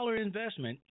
investment